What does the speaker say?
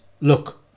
Look